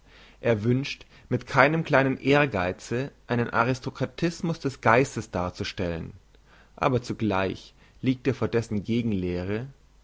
er wünscht mit keinem kleinen ehrgeize einen aristokratismus des geistes darzustellen aber zugleich liegt er vor dessen